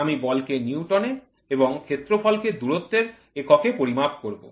আমি বল কে নিউটন এ এবং ক্ষেত্রফল কে দূরত্বের একক এ পরিমাপ করব